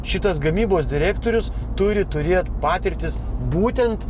šitas gamybos direktorius turi turėt patirtis būtent